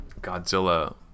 Godzilla